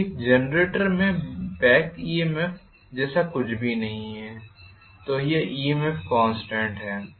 क्योंकि एक जनरेटर में बॅक EMFजैसा कुछ भी नहीं है तो यह EMF कॉन्स्टेंट है